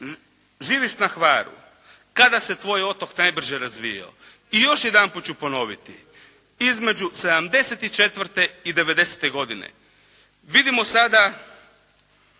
živiš na Hvaru. Kada se tvoj otok najbrže razvijao? I još jedanput ću ponoviti, između '74. i '90. godine. Vidimo sada